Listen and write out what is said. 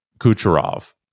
Kucherov